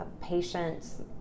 Patients